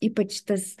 ypač tas